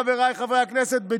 חבריי חברי הכנסת,